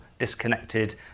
disconnected